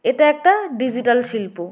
এটা একটা ডিজিটাল শিল্প